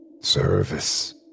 Service